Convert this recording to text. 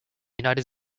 united